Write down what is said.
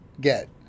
get